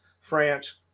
France